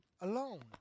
alone